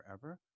forever